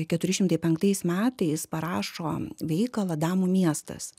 keturi šimtai penktais metais parašo veikalą damų miestas